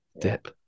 dip